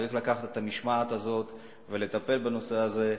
צריך לקבל את המשמעת הזו ולטפל בנושא הזה.